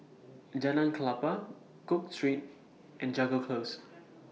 Jalan Klapa Cook Street and Jago Close